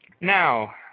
Now